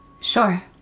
Sure